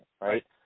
right